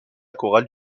chorale